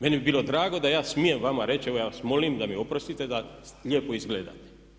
Meni bi bilo drago da ja smijem vama reći, evo ja vas molim da mi oprostite da lijepo izgledate.